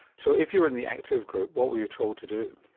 so if you were in the active group what were you told to do?